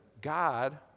God